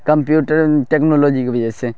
computer technology کے وجہ سے